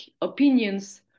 opinions